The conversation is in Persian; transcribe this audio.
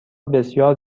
بسیار